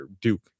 Duke